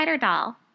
Doll